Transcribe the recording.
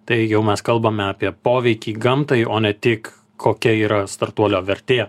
tai jau mes kalbame apie poveikį gamtai o ne tik kokia yra startuolio vertė